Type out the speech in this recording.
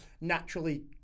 naturally